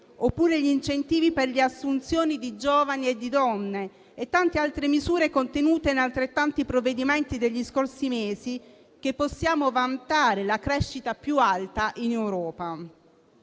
oppure gli incentivi per le assunzioni di giovani e di donne e tante altre misure contenute in altrettanti provvedimenti degli scorsi mesi, che possiamo vantare la crescita più alta in Europa.